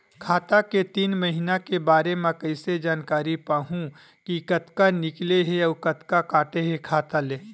खाता के तीन महिना के बारे मा कइसे जानकारी पाहूं कि कतका निकले हे अउ कतका काटे हे खाता ले?